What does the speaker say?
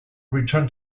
return